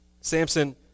Samson